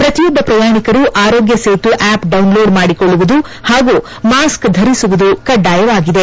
ಪ್ರತಿಯೊಬ್ಬ ಪ್ರಯಾಣಿಕರು Aarogya Setu app download ಮಾಡಿಕೊಳ್ಳುವುದು ಹಾಗೂ ಮಾಸ್ಕ್ ಧರಿಸುವುದು ಕಡ್ಡಾಯವಾಗಿದೆ